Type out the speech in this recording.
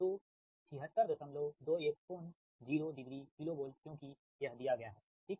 तो 7621 कोण 0 degree KV क्योंकि यह दिया गया हैठीक